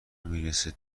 میرسه